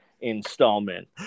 installment